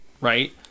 right